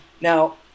Now